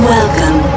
Welcome